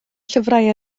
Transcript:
llyfrau